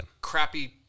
crappy